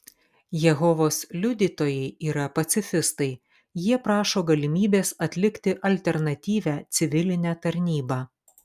jehovos liudytojai yra pacifistai jie prašo galimybės atlikti alternatyvią civilinę tarnybą